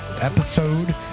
episode